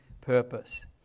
purpose